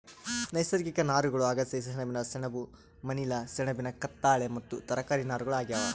ನೈಸರ್ಗಿಕ ನಾರುಗಳು ಅಗಸೆ ಸೆಣಬಿನ ಸೆಣಬು ಮನಿಲಾ ಸೆಣಬಿನ ಕತ್ತಾಳೆ ಮತ್ತು ತರಕಾರಿ ನಾರುಗಳು ಆಗ್ಯಾವ